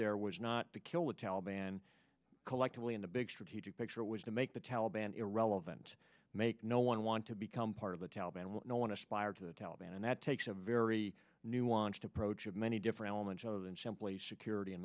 there was not to kill the taliban collectively in the big strategic picture it was to make the taliban irrelevant make no one want to become part of the taliban and no one aspired to the taliban and that takes a very nuanced approach of many different elements of them simply security and